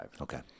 Okay